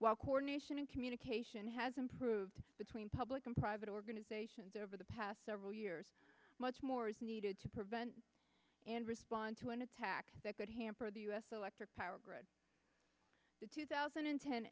while coordination and communication has improved between public and private organizations over the past several years much more is needed to prevent and respond to an attack that could hamper the u s electric power grid the two thousand and ten